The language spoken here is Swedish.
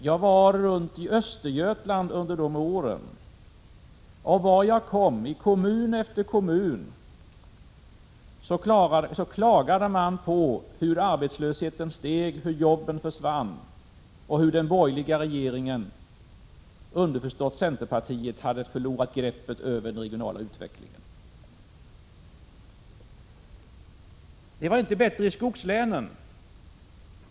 Jag åkte runt i Östergötland under dessa år. Var jag än kom, i kommun efter kommun, klagade man på hur antalet arbetslösa steg, hur jobben försvann och hur den borgerliga regeringen, underförstått centerpartiet, hade förlorat greppet över den regionala utvecklingen. Det var inte bättre i skogslänen.